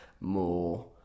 more